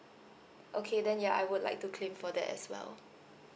okay then ya I would like to claim for that as well